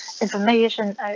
information